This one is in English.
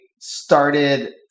started